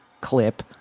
clip